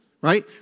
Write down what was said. right